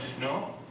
No